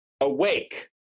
awake